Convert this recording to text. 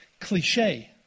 cliche